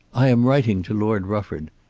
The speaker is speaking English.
i am writing to lord rufford.